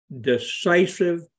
decisive